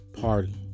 party